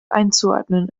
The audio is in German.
einzuordnen